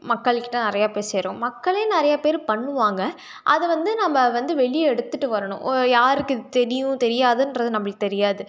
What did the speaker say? மக்கள்கிட்ட நிறையா போய் சேரும் மக்களே நிறைய பேர் பண்ணுவாங்க அதைவந்து நம்ம வந்து வெளியே எடுத்துகிட்டு வரணும் யாருக்கு இது தெரியும் தெரியாதுன்றது நம்மளுக்கு தெரியாது